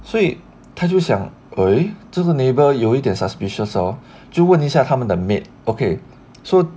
所以他就想 eh 这个 neighbour 有一点 suspicious hor 就问一下他们的 maid okay so